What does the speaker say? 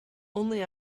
only